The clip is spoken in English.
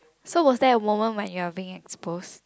so was there a moment when you are being exposed